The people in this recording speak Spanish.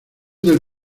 del